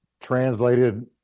translated